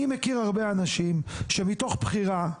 אני מכיר הרבה אנשים שמתוך בחירה,